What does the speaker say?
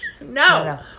no